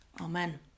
Amen